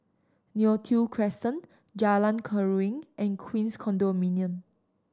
Neo Tiew Crescent Jalan Keruing and Queens Condominium